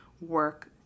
work